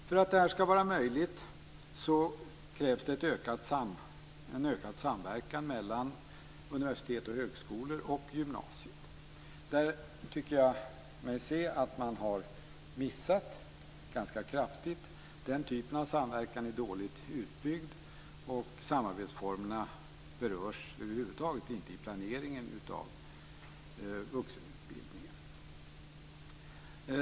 För att det skall vara möjligt krävs en ökad samverkan mellan universitet och högskolor och gymnasiet. Där tycker jag mig se att man har missat ganska kraftigt. Den typen av samverkan är dåligt utbyggd, och samarbetsformerna berörs över huvud taget inte i planeringen av vuxenutbildningen.